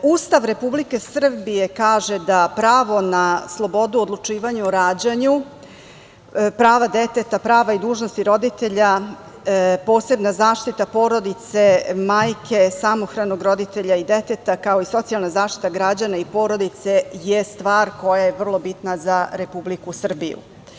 Ustav Republike Srbije kaže da pravo na slobodu odlučivanja o rađanju, prava deteta, prava i dužnosti roditelja, posebna zaštita porodice, majke, samohranog roditelja i deteta, kao i socijalna zaštita građana i porodice je stvar koja je vrlo bitna za Republiku Srbiju.